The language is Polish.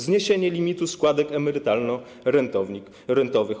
Zniesienie limitu składek emerytalno-rentowych.